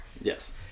Yes